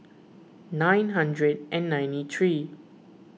nine hundred and ninety three